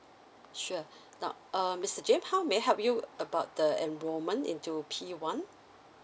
sure now err mister james how may I help you about the enrolment into P one